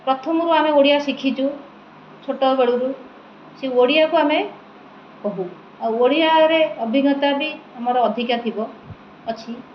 ପ୍ରଥମରୁ ଆମେ ଓଡ଼ିଆ ଶିଖିଛୁ ଛୋଟବେଳରୁ ସେ ଓଡ଼ିଆକୁ ଆମେ କହୁ ଆଉ ଓଡ଼ିଆରେ ଅଭିଜ୍ଞତା ବି ଆମର ଅଧିକା ଥିବ ଅଛି